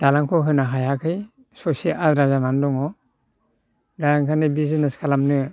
दालांखौ होनो हायाखै ससे आद्रा जानानै दङ दा ओंखायनो बिजिनेस खालामनो